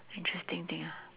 interesting thing ah